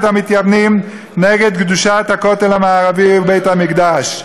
המתייוונים נגד קדושת הכותל המערבי ובית-המקדש.